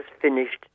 finished